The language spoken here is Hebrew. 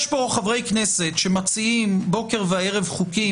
יש פה חברי כנסת שמציעים בוקר וערב חוקים,